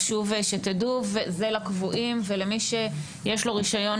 חשוב שתדעו וזה לקבועים ולמי שיש לו רישיון